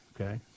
Okay